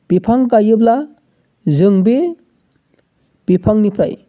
बिफां गायोब्ला जों बे बिफांनिफ्राय